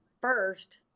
first